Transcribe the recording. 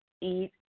eat